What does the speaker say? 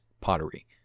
pottery